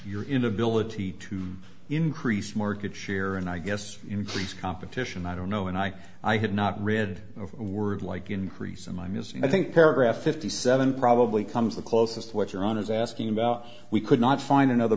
your inability to increase market share and i guess increase competition i don't know and i i had not read of a word like increase in my ms and i think paragraph fifty seven probably comes the closest what you're on is asking about how we could not find another